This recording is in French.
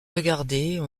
regarder